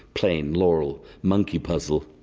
plane, laurel, monkey puzzle.